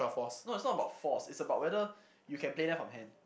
no it's not about fours it's about whether you can play them from hand